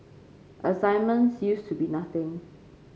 assignments used to be nothing